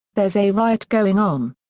there's a riot going on.